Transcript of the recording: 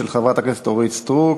של חברת הכנסת אורית סטרוק.